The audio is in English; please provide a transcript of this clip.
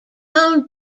own